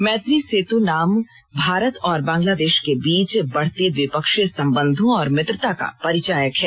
मैत्री सेतु नाम भारत और बंगलादेश के बीच बढ़ते द्विपक्षीय सम्बन्धों और मित्रता का परिचायक है